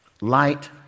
light